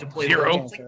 zero